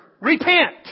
repent